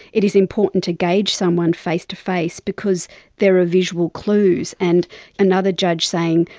it is important to gauge someone face-to-face because there are visual clues. and another judge saying,